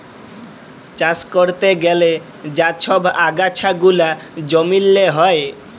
চাষ ক্যরতে গ্যালে যা ছব আগাছা গুলা জমিল্লে হ্যয়